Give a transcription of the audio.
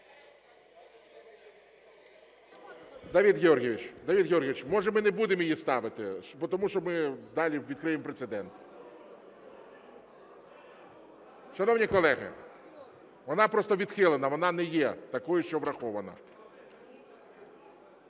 Давид Георгійович, може, ми не будемо її ставити, тому що ми далі відкриємо прецедент? Шановні колеги, вона просто відхилена. Вона не є такою, що врахована.